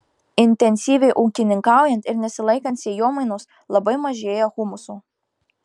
intensyviai ūkininkaujant ir nesilaikant sėjomainos labai mažėja humuso